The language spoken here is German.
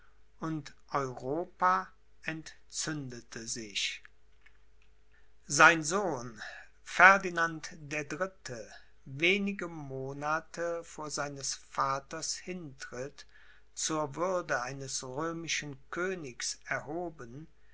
und europa entzündete sich sein sohn ferdinand der dritte wenige monate vor seines vaters hintritt zur würde eines römischen königs erhoben